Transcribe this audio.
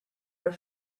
are